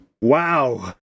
Wow